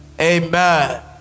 Amen